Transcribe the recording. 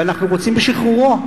אנחנו רוצים בשחרורו,